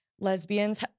lesbians